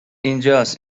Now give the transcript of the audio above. اینجاس